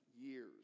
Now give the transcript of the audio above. years